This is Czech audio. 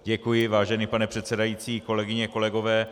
Děkuji, vážený pane předsedající, kolegyně, kolegové.